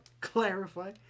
clarify